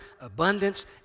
abundance